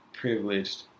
privileged